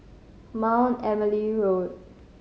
Mount Emily Road